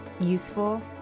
useful